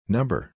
Number